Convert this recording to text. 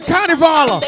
Carnival